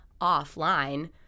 offline